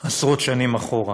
עשרות שנים אחורה.